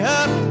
up